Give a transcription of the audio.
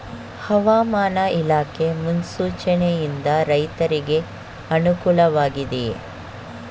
ಹವಾಮಾನ ಇಲಾಖೆ ಮುನ್ಸೂಚನೆ ಯಿಂದ ರೈತರಿಗೆ ಅನುಕೂಲ ವಾಗಿದೆಯೇ?